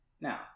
Now